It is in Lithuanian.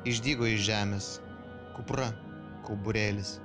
išdygo iš žemės kupra kauburėlis